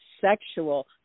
sexual